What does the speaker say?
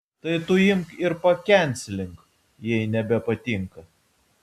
tai tu imk ir pakencelink jei nebepatinka